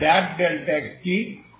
তাহলে that δকি